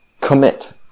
commit